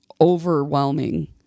overwhelming